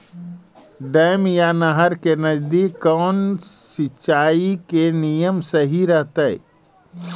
Dam या नहर के नजदीक कौन सिंचाई के नियम सही रहतैय?